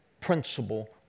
principle